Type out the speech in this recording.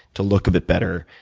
to look a bit better,